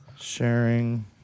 Sharing